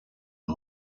est